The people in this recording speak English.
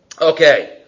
Okay